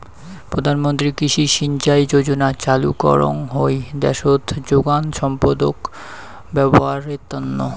প্রধান মন্ত্রী কৃষি সিঞ্চাই যোজনা চালু করঙ হই দ্যাশোত যোগান সম্পদত ব্যবহারের তন্ন